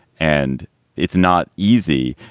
and it's not easy.